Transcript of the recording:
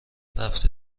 رفته